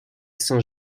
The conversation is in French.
saint